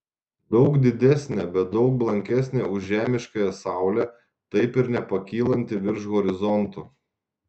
daug didesnė bet daug blankesnė už žemiškąją saulę taip ir nepakylanti virš horizonto